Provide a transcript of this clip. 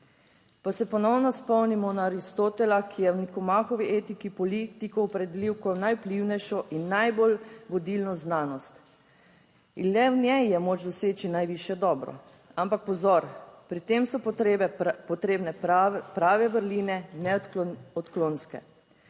Pa se ponovno spomnimo na Aristotela, ki je v Nikomahovi etiki politiko opredelil kot najvplivnejšo in najbolj vodilno znanost, in le v njej je moč doseči najvišje dobro. Ampak pozor: pri tem so potrebne prave vrline, ne odklonske.